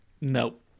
Nope